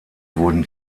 wurden